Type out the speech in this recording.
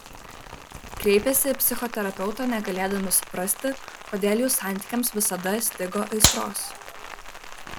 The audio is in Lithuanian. kreipėsi į psichoterapeutą negalėdami suprasti kodėl jų santykiams visada stigo aistros